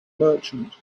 merchant